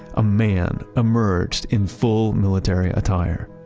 a man emerged in full military attire.